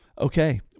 Okay